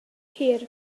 hir